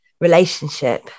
relationship